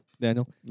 daniel